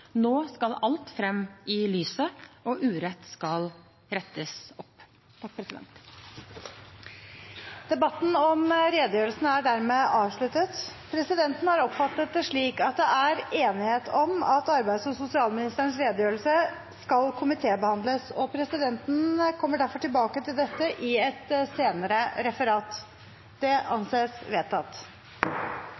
Nå skal alt fram i lyset, og urett skal rettes opp. Debatten om redegjørelsen er dermed avsluttet. Presidenten har oppfattet det slik at det er enighet om at arbeids- og sosialministerens redegjørelse skal komitébehandles. Presidenten kommer derfor tilbake til det i et senere referat.